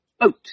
boat